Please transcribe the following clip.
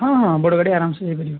ହଁ ହଁ ବଡ଼ ଗାଡ଼ି ଆରାମସେ ଯାଇପାରିବ